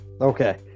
okay